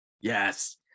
Yes